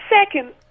second